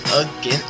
again